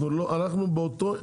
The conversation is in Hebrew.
אנחנו באותו,